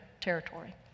territory